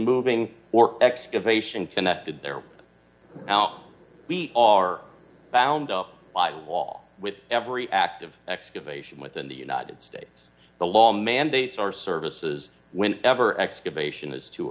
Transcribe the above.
moving or excavation connected there now we are bound up by a wall with every active excavation within the united states the law mandates our services when ever excavation has to